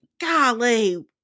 golly